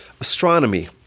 astronomy